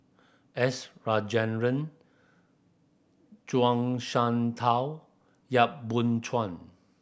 S Rajendran Zhuang Shengtao Yap Boon Chuan